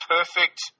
Perfect